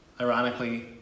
Ironically